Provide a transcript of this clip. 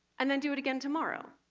and then do it again tomorrow.